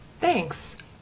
Thanks